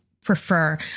prefer